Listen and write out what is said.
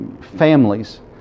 families